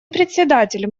председатель